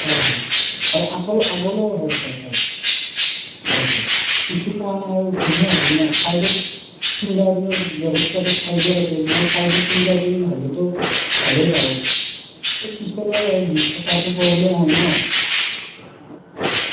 হয় হয় হয় আগলৈ আগলৈ হয় হয় হয় হয় হয় ইছ্যু পোৱা নাই আৰু ধুনীয়া ধুনীয়া ছাইডত ফিংগাৰপ্ৰিণ্টৰ ব্যৱস্থাটো ছাইডত আছে মই ছাইডত ফিংগাৰপ্ৰিণ্ট হ'লেতো ভালেই পাওঁ এ পিছলৈ আৰু দি থকাতো প্ৰব্লেম হয় ন'